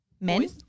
men